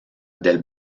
del